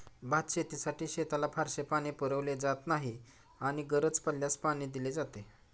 भातशेतीसाठी शेताला फारसे पाणी पुरवले जात नाही आणि गरज पडल्यास पाणी दिले जाते